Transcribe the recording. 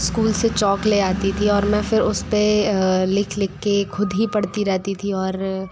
school से chalk ले आती थी और मैं फिर उस पर लिख लिख के ख़ुद ही पढ़ती रहती थी और